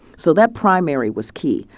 so that primary was key.